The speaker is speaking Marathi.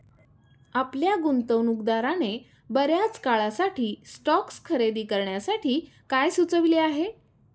आपल्या गुंतवणूकदाराने बर्याच काळासाठी स्टॉक्स खरेदी करण्यासाठी काय सुचविले आहे?